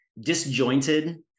disjointed